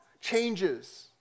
changes